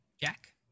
Jack